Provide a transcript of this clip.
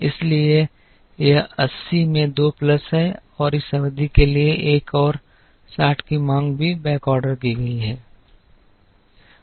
इसलिए यह 80 में 2 प्लस है और इस अवधि के लिए एक और 60 की मांग भी बैकऑर्डर की गई है